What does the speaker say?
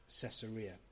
Caesarea